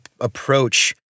approach